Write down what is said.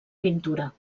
pintura